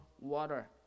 water